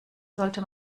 sollte